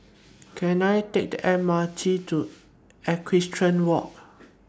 Can I Take The M R T to Equestrian Walk